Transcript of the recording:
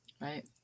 Right